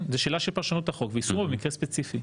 זו שאלה של פרשנות החוק ויישומו במקרה ספציפי.